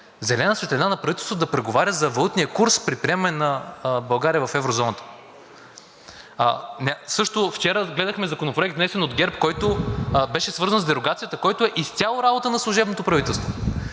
зелена светлина на правителството да преговаря за валутния курс при приемане на България в еврозоната. Също вчера гледахме законопроект, внесен от ГЕРБ, който беше свързан с дерогацията, който е изцяло работа на служебното правителство.